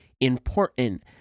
important